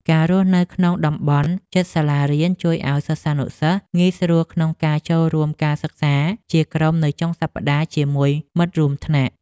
ការរស់នៅក្នុងតំបន់ជិតសាលារៀនជួយឱ្យសិស្សានុសិស្សងាយស្រួលក្នុងការចូលរួមការសិក្សាជាក្រុមនៅចុងសប្តាហ៍ជាមួយមិត្តរួមថ្នាក់។